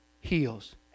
heals